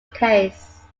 case